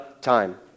time